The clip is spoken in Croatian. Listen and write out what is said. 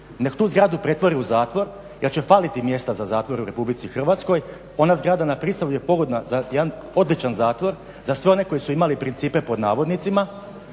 nek tu zgradu pretvori u zatvor jer će faliti mjesta za zatvor u RH. Ona zgrada na Prisavlju je pogodna za jedan odličan zatvor za sve one koji su imali "principe", a dajte